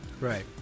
Right